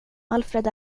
alfred